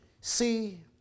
See